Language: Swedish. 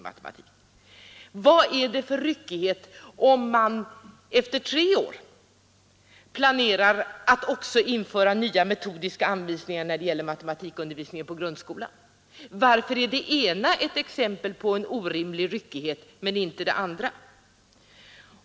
Blir det någon större ryckighet om man efter tre år planerar att införa nya metodiska anvisningar för matematikundervisningen också i grundskolan? Varför är det ena ett exempel på en orimlig ryckighet men inte det andra?